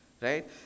right